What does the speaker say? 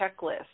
checklist